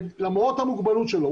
אבל למרות המוגבלות שלו,